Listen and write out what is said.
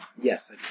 Yes